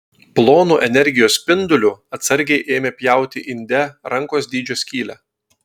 plonu energijos spinduliu atsargiai ėmė pjauti inde rankos dydžio skylę